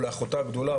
לאחותה הגדולה,